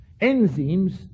Enzymes